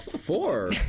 Four